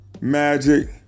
Magic